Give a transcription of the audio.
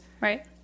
Right